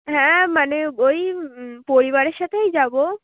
হ্যাঁ মানে ওই পরিবারের সাথেই যাবো